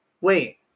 wait